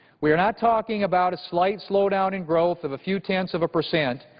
we are not talking about a slight slowdown in growth of a few tenths of a percent.